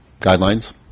guidelines